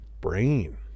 brain